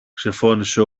ξεφώνισε